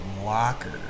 locker